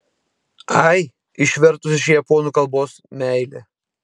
ai išvertus iš japonų kalbos meilė